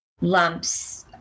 lumps